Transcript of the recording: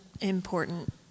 important